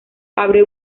abre